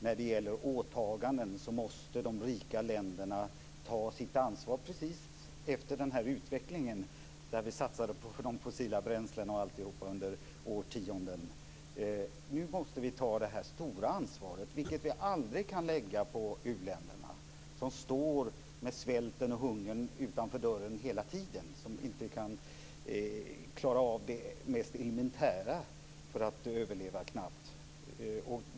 När det gäller åtaganden så måste de rika länderna ta sitt ansvar efter den utveckling där vi satsade på de fossila bränslena osv. under årtionden. Nu måste vi ta det stora ansvaret, som vi aldrig kan lägga på uländerna. De står ju med svälten och hungern utanför dörren hela tiden, och de kan knappt klara av det mest elementära för att överleva.